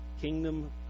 kingdom